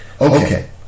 Okay